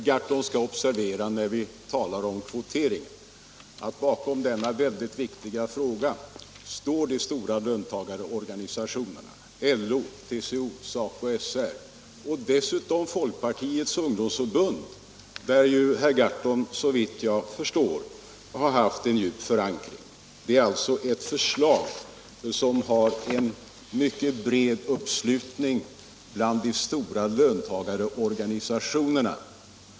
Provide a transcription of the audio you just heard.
Herr talman! När vi talar om kvotering skall herr Gahrton observera att bakom denna viktiga fråga står de stora löntagarorganisationerna, LO, TCO, SACO/SR och dessutom Folkpartiets ungdomsförbund, där herr Gahrton har haft en djup förankring, såvitt jag förstår. Det är alltså ett förslag som har en mycket bred uppslutning bland de stora löntagarorganisationerna.